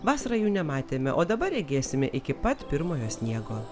vasarą jų nematėme o dabar regėsime iki pat pirmojo sniego